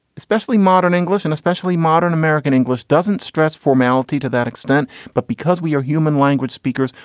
especially modern english and especially modern american english doesn't stress formality to that extent. but because we are human language speakers,